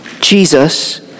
Jesus